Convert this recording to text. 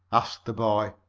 asked the boy.